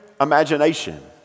imagination